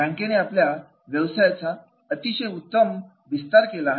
बँकेने आपल्या व्यवसायाचा अतिशय उत्तम विस्तार केलेला आहे